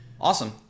Awesome